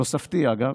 תוספתי, אגב,